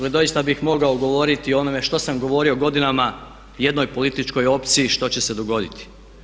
Doista bih mogao govoriti o onome što sam govorio godinama jednoj političkoj opciji što će se dogoditi.